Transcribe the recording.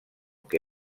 que